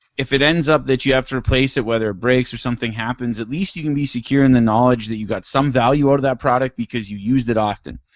if it ends up that you have to replace it whether it breaks or something happens, at least you can be secured in the knowledge that you got some value out of that product because you used it often.